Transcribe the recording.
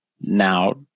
now